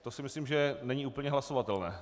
To si myslím, že není úplně hlasovatelné.